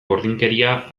gordinkeria